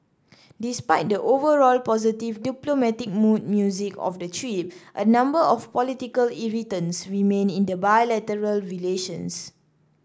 despite the overall positive diplomatic mood music of the trip a number of political irritants remain in bilateral relations